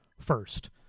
first